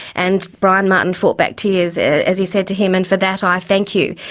and brian martin fought back tears as he said to him, and for that i thank you.